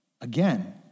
again